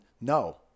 no